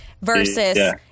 Versus